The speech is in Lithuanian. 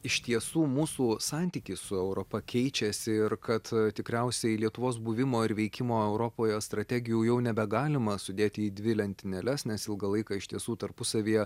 iš tiesų mūsų santykis su europa keičiasi ir kad tikriausiai lietuvos buvimo ir veikimo europoje strategijų jau nebegalima sudėti į dvi lentynėles nes ilgą laiką iš tiesų tarpusavyje